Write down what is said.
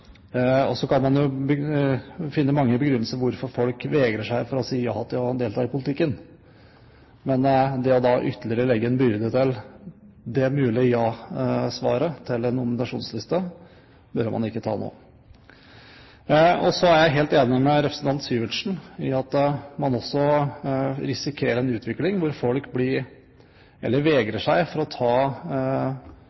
man burde ta inn over seg. Så kan man finne mange begrunnelser for at folk vegrer seg for å si ja til å delta i politikken, men det å legge ytterligere en byrde til det mulige ja-svaret til en nominasjonsliste, bør man ikke gjøre nå. Så er jeg helt enig med representanten Syversen i at man også risikerer en utvikling hvor folk